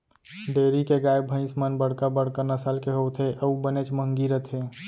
dairy के गाय भईंस मन बड़का बड़का नसल के होथे अउ बनेच महंगी रथें